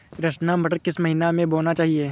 रचना मटर किस महीना में बोना चाहिए?